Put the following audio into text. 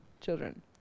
children